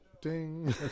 ding